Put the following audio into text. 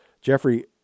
Jeffrey